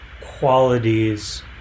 qualities